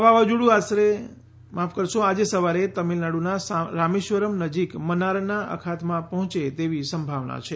આ વાવાઝોડુ આજે સવારે તમિલનાડુના રામેશ્વરમ નજીક મન્નારના અખાતમાં પહોંચે તેવી સંભાવના છે